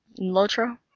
Lotro